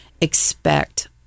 expect